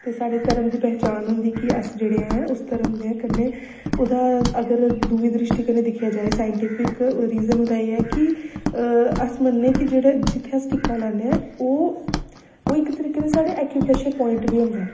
ते साढ़े घर्म दी पहचान होंदी कि अस जेह्ड़े ऐ उस धर्म दे कन्नै ओह्दा अगर दूए द्रिश्टी कन्नै दिक्खेआ जाए साइंटिफिक रीजन ओहदा एह् ऐ कि अस मन्नने कि जेह्ड़ा जित्थे अस टिक्का लान्ने आं ओह् ओह् इक तरीके दी साढ़े ऐकूप्रैशर प्वाइंट बी होंदा ऐ